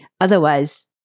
Otherwise